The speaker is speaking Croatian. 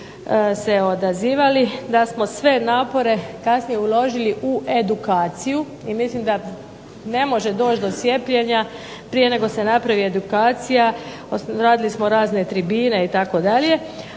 se odazivali, da smo sve napore kasnije uložili u edukaciju, i mislim da ne može doći cijepljenja prije nego se napravi edukacija, radili smo razne tribine itd.